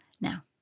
now